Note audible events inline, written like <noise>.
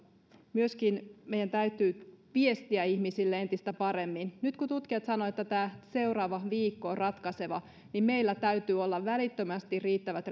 myöskin meidän täytyy viestiä ihmisille entistä paremmin nyt kun tutkijat sanovat että tämä seuraava viikko on ratkaiseva niin meillä täytyy olla välittömästi riittävät <unintelligible>